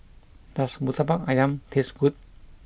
does Murtabak Ayam taste good